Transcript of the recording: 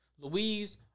Louise